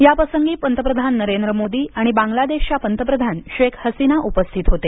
याप्रसंगी पंतप्रधान नरेंद्र मोदी आणि बांग्लादेशच्या पंतप्रधान शेख हसीना उपस्थित होते